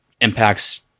impacts